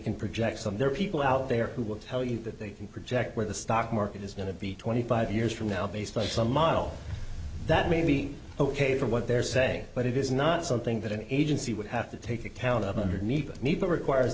can project on there are people out there who will tell you that they can project where the stock market is going to be twenty five years from now based on some model that may be ok for what they're saying but it is not something that an agency would have to take account of underneath a need that require